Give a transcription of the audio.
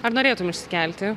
ar norėtum išsikelti